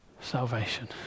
salvation